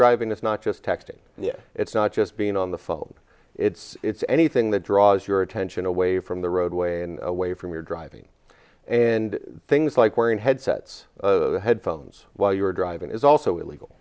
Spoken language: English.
driving it's not just texting it's not just being on the phone it's it's anything that draws your attention away from the roadway and away from your driving and things like wearing headsets headphones while you're driving is also illegal